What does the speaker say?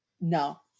no